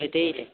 বেটেৰীতে